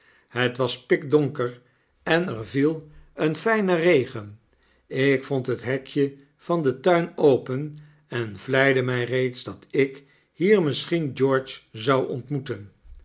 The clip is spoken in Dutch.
het was pikdonker en er viel een fijne regen ik vond het hekje van den tuin open en vleide mij reeds dat ik hier misschien george zou ontmoeten